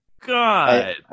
God